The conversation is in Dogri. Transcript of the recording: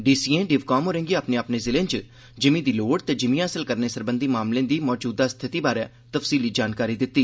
डी सीएं डिव काम होरें गी अपने अपने जिलें च ज़िमी दी लोड़ ते ज़िमी हासल करने सरबंधी मामलें दी मजूदा स्थिति बारै तफसीली जानकारी दिती